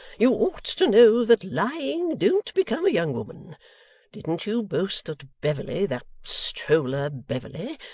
you ought to know that lying don't become a young woman didn't you boast that beverley, that stroller beverley,